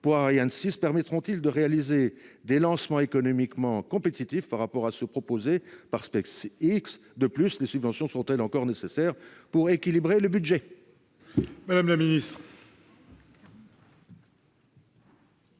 pour Ariane 6 permettront-ils de réaliser des lancements économiquement compétitifs par rapport à ceux que propose SpaceX ? Des subventions sont-elles encore nécessaires pour équilibrer le budget ?